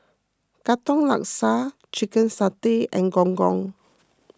Katong Laksa Chicken Satay and Gong Gong